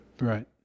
right